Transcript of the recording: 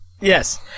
Yes